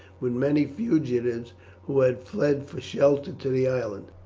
with many fugitives who had fled for shelter to the island.